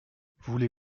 voulez